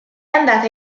andata